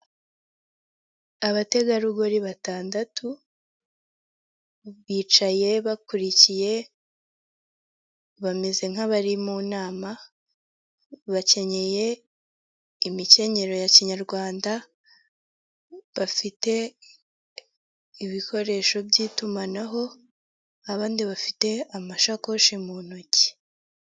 Abategarugori batandatu bicaye bakurikiye bameze nk'abari mu nama; bakenyeye imikenyerero ya kinyarwanda, bafite ibikoresho by'itumanaho abandi bafite amashakoshi mu ntoki.